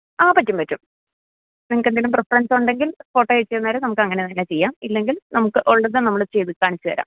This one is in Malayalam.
ആ പറ്റും പറ്റും നിങ്ങൾക്ക് എന്തേലും പ്രിഫറെൻസ് ഉണ്ടെങ്കിൽ ഫോട്ടോ അയച്ച് തന്നേര് നമുക്ക് അങ്ങനെ തന്നെ ചെയ്യാം ഇല്ലെങ്കിൽ നമുക്ക് ഉള്ളത് നമ്മൾ ചെയ്ത് കാണിച്ച് തരാം